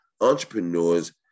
entrepreneurs